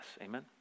Amen